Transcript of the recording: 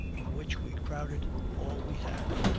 of which we crowded all we had.